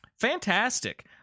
Fantastic